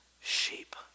sheep